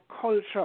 culture